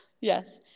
Yes